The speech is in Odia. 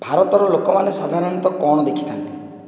ଭାରତର ଲୋକମାନେ ସାଧାରଣତଃ କ'ଣ ଦେଖିଥାନ୍ତି